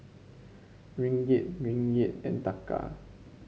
Ringgit Ringgit and Taka